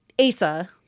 Asa